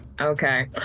Okay